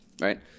right